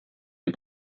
des